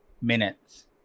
minutes